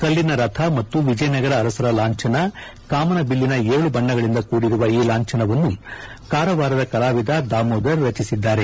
ಕಲ್ಲಿನ ರಥ ಮತ್ತು ವಿಜಯನಗರ ಅರಸರ ಲಾಂಭನ ಕಾಮನಬಿಲ್ಲಿನ ಏಳು ಬಣ್ಣಗಳಿಂದ ಕೂಡಿರುವ ಈ ಲಾಂಛನವನ್ನು ಕಾರವಾರದ ಕಲಾವಿದ ದಾಮೋದರ್ ರಚಿಸಿದ್ದಾರೆ